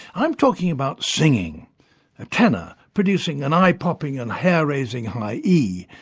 i'm talking about singing a tenor producing an eye-popping and hair-raising high e,